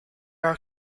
are